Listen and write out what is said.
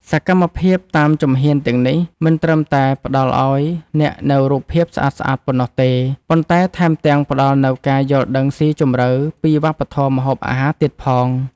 សកម្មភាពតាមជំហានទាំងនេះ មិនត្រឹមតែផ្ដល់ឱ្យអ្នកនូវរូបភាពស្អាតៗប៉ុណ្ណោះទេ ប៉ុន្តែថែមទាំងផ្ដល់នូវការយល់ដឹងស៊ីជម្រៅពីវប្បធម៌ម្ហូបអាហារទៀតផង។